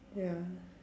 ya